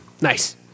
Nice